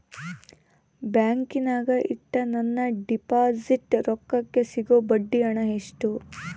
ಬ್ಯಾಂಕಿನಾಗ ಇಟ್ಟ ನನ್ನ ಡಿಪಾಸಿಟ್ ರೊಕ್ಕಕ್ಕೆ ಸಿಗೋ ಬಡ್ಡಿ ಹಣ ಎಷ್ಟು?